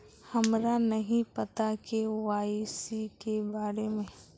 हमरा नहीं पता के.वाई.सी के बारे में?